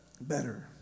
Better